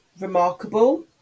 remarkable